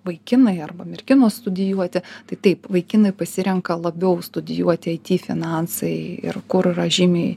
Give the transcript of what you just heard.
vaikinai arba merginos studijuoti tai taip vaikinai pasirenka labiau studijuoti aity finansai ir kur yra žymiai